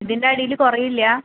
ഇതിൻ്റെ അടിയില് കുറയില്ല